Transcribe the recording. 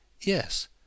yes